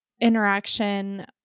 interaction